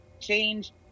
change